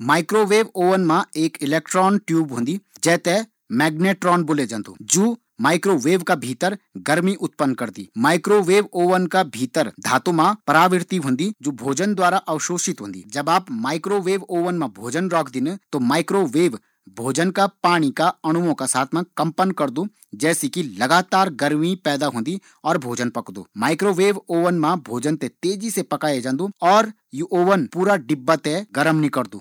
Microwave oven मा एक electron tube होंदी, जैते मैग्नेट्रोन बोलये जांदु जु माइकरोवेव का भीतर गर्मी पैदा करदु धातु की परावृति होण पर भोजन द्वारा गर्मी ते अवशोषित कर लिए जांदु।